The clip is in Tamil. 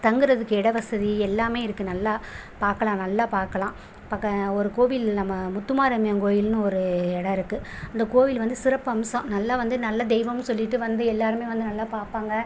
தங்குவதுக்கு இட வசதி எல்லாமே இருக்கு நல்லா பார்க்கலாம் நல்லா பார்க்கலாம் பக்க ஒரு கோவில் நம்ம முத்து மாரியம்மன் கோவில்னு ஒரு எடம் இருக்கு அந்த கோவில் வந்து சிறப்பு அம்சம் நல்லா வந்து நல்ல தெய்வம்னு சொல்லிட்டு வந்து எல்லோருமே வந்து நல்லா பார்ப்பாங்க